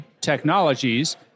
technologies